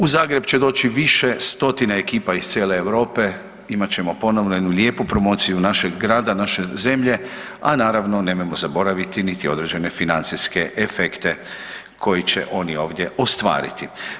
U Zagreb će doći više stotina ekipa iz cijele Europe, imat ćemo ponovno jednu lijepu promociju našeg grada, naše zemlje a naravno nemojmo zaboraviti niti određene financijske efekte koji će oni ovdje ostvariti.